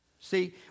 See